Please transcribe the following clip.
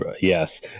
Yes